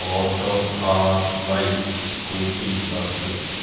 auto car bike scooty bus